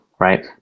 right